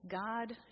God